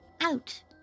out